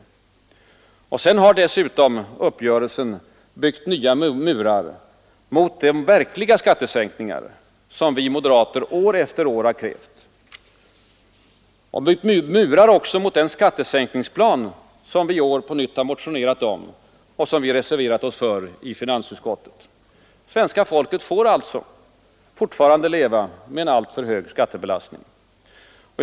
Uppgörelsen har dessutom byggt nya murar mot de verkliga skattesänkningar som vi moderater år efter år krävt, och byggt murar också mot den skattesänkningsplan som vi i år på nytt motionerat om och som vi reserverat oss för i finansutskottet. Svenska folket får alltså fortfarande leva med en alltför hög skattebelastning.